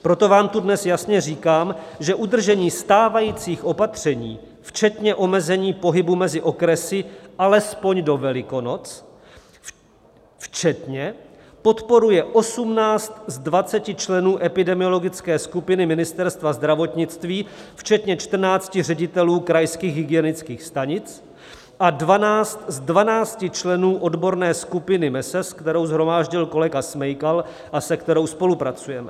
Proto vám tu dnes jasně říkám, že udržení stávajících opatření včetně omezení pohybu mezi okresy alespoň do Velikonoc včetně podporuje 18 z 20 členů epidemiologické skupiny Ministerstva zdravotnictví včetně 14 ředitelů krajských hygienických stanic a 12 z 12 členů odborné skupiny MeSES, kterou shromáždil kolega Smejkal a se kterou spolupracujeme.